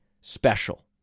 special